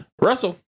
Russell